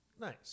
Nice